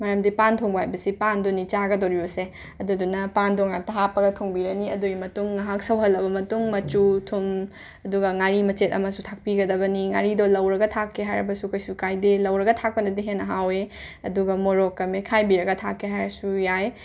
ꯃꯔꯝꯗꯤ ꯄꯥꯟ ꯊꯣꯡꯕ ꯍꯥꯏꯕꯁꯦ ꯄꯥꯟꯗꯨꯅꯤ ꯆꯥꯒꯗꯣꯔꯤꯕꯁꯦ ꯑꯗꯨꯗꯨꯅ ꯄꯥꯟꯗꯣ ꯉꯥꯛꯇ ꯍꯥꯞꯄꯒ ꯊꯣꯡꯕꯤꯔꯅꯤ ꯑꯗꯨꯒꯤ ꯃꯇꯨꯡ ꯉꯥꯏꯍꯥꯛ ꯁꯧꯍꯜꯂꯕ ꯃꯇꯨꯡ ꯃꯆꯨ ꯊꯨꯝ ꯑꯗꯨꯒ ꯉꯥꯔꯤ ꯃꯆꯦꯠ ꯑꯃꯁꯨ ꯊꯥꯛꯄꯤꯒꯗꯕꯅꯤ ꯉꯥꯔꯤꯗꯣ ꯂꯧꯔꯒ ꯊꯥꯛꯀꯦ ꯍꯥꯏꯔꯕꯁꯨ ꯀꯩꯁꯨ ꯀꯥꯏꯗꯦ ꯂꯧꯔꯒ ꯊꯥꯛꯄꯅꯗꯤ ꯍꯦꯟꯅ ꯍꯥꯎꯏ ꯑꯗꯨꯒ ꯃꯣꯔꯣꯛꯀ ꯃꯦꯠꯈꯥꯏꯕꯤꯔꯒ ꯊꯥꯛꯀꯦ ꯍꯥꯏꯔꯁꯨ ꯌꯥꯏ